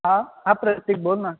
हां हा प्रतीक बोल ना